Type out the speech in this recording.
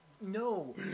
no